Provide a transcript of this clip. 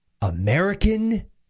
American